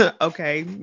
okay